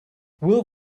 will